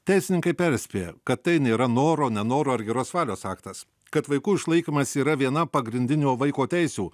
teisininkai perspėja kad tai nėra noro nenoro ar geros valios aktas kad vaikų išlaikymas yra viena pagrindinių vaiko teisių